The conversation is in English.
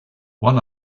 one